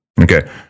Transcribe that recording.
okay